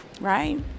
Right